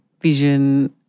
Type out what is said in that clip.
vision